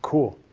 cool.